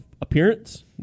appearance